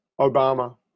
Obama